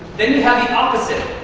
then you have the opposite,